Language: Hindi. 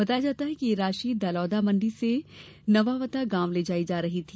बताया जाता है कि यह राशि दलौदा मंडी से नंदावता गांव ले जा रही थी